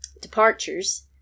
departures